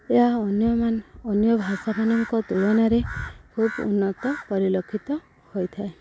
ଏହା ଅନ୍ୟ ଅନ୍ୟ ଭାଷା ମାନଙ୍କ ତୁଳନାରେ ଖୁବ ଉନ୍ନତ ପରିଲକ୍ଷିତ ହୋଇଥାଏ